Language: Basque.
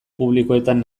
publikoetan